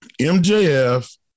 MJF